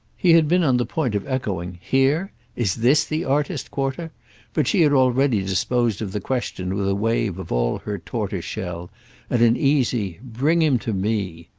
he had been on the point of echoing here' is this the artist-quarter? but she had already disposed of the question with a wave of all her tortoise-shell and an easy bring him to me!